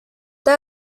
they